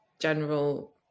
general